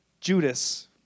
Judas